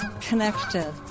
connected